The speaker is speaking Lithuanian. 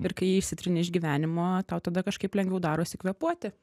ir kai jį išsitrini iš gyvenimo tau tada kažkaip lengviau darosi kvėpuoti